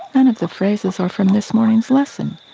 and of the phrases are from this morning's lesson,